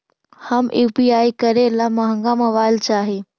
हम यु.पी.आई करे ला महंगा मोबाईल चाही?